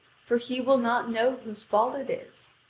for he will not know whose fault it is.